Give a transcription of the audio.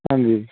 ਹਾਂਜੀ